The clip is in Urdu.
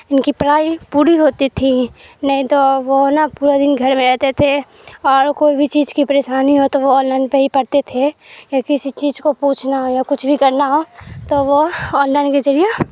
ان کی پڑھائی پوری ہوتی تھی نہیں تو وہ نا پورا دن گھر میں رہتے تھے اور کوئی بھی چیز کی پریشانی ہو تو وہ آن لائن پہ ہی پڑھتے تھے یا کسی چیز کو پوچھنا ہو یا کچھ بھی کرنا ہو تو وہ آن لائن کے ذریعے